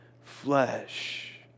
flesh